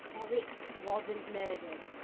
eric wasn't murdered!